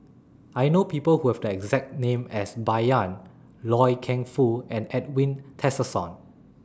I know People Who Have The exact name as Bai Yan Loy Keng Foo and Edwin Tessensohn